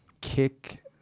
kick